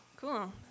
Cool